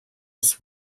des